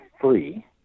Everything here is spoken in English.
free